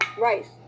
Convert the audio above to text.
rice